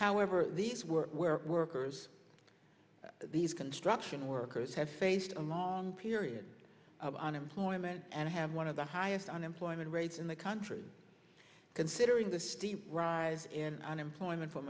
however these were workers these construction workers have faced a long period of unemployment and have one of the highest unemployment rates in the country can bittering the steep rise in unemployment for